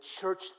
church